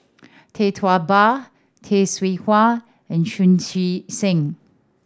Tee Tua Ba Tay Seow Huah and Chu Chee Seng